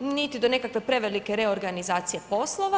niti do neke prevelike reorganizacije poslova.